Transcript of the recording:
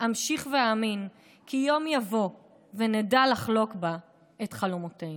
אמשיך ואאמין כי יום יבוא ונדע לחלוק בה את חלומותינו.